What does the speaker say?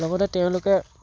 লগতে তেওঁলোকে